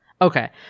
Okay